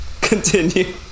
continue